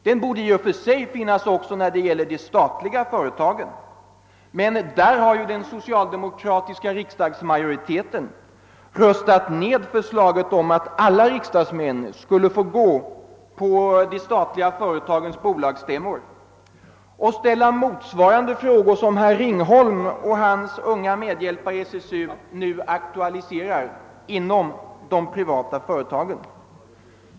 Den borde i och för sig finnas också när det gäller de statliga företagen, men den socialdemokratiska riksdagsmajoriteten har ju röstat ned förslaget om att alla riksdagsmän skulle få gå på de statliga företagens bolagsstämmor och ställa samma slags frågor som herr Ringholm och hans unga medhjälpare i SSU nu aktualiserar inom de privata företagen.